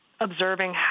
observing